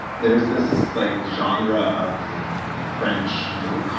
there's this like genre of french little.